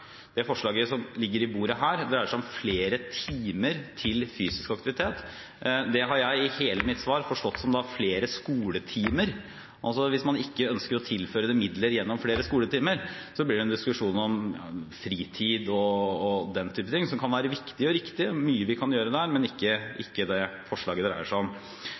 Det forslaget som ligger på bordet, dreier seg om flere timer til fysisk aktivitet. Det har jeg i hele mitt svar forstått som er flere skoletimer. Hvis man ikke ønsker å tilføre midler gjennom flere skoletimer, blir det en diskusjon om fritid og den type ting – som kan være viktig og riktig, det er mye vi kan gjøre der, men ikke det forslaget det dreier seg om.